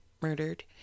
murdered